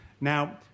Now